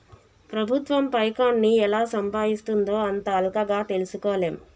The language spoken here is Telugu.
ప్రభుత్వం పైకాన్ని ఎలా సంపాయిస్తుందో అంత అల్కగ తెల్సుకోలేం